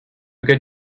good